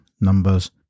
numbers